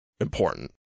important